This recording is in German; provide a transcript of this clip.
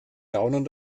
gaunern